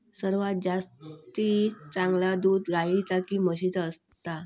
सर्वात जास्ती चांगला दूध गाईचा की म्हशीचा असता?